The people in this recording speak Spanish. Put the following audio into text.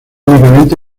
únicamente